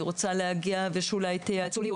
אני רוצה להגיע ושאולי תייעצו לי,